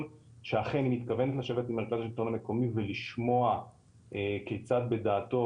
שאכן היא מתכוונת לשבת עם מרכז השילטון המקומי ולשמוע כיצד בדעתו,